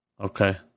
Okay